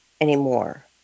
anymore